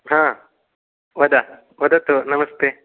हा वद वदतु नमस्ते